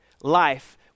life